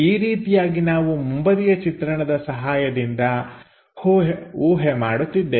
ಈ ರೀತಿಯಾಗಿ ನಾವು ಮುಂಬದಿಯ ಚಿತ್ರಣದ ಸಹಾಯದಿಂದ ಊಹೆ ಮಾಡುತ್ತಿದ್ದೇವೆ